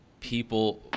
people